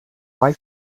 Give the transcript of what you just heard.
like